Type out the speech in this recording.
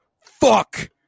fuck